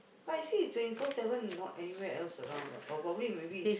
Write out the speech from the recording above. but I see is twenty four seven not anywhere else around ah or probably maybe